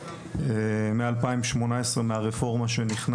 מאז שנת 2018,